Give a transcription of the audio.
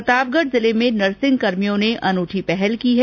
प्रतापगढ जिले में नर्सिंग कर्मियों ने अनूठी पहल की है